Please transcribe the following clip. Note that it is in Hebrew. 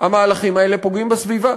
המהלכים האלה פוגעים בסביבה.